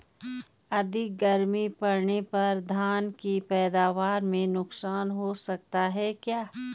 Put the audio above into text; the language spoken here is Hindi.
अधिक गर्मी पड़ने पर धान की पैदावार में नुकसान हो सकता है क्या?